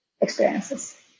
experiences